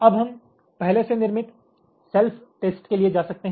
अब हम पह्ले से निर्मित सेल्फ टेस्ट के लिए जा सकते हैं